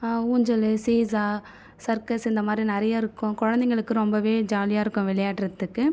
ஊஞ்சல் seesaw circus இந்த மாதிரி நிறைய இருக்கும் குழந்தைகளுக்கு ரொம்பவே ஜாலியாக இருக்கும் விளையாடுறத்துக்கு